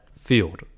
field